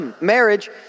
marriage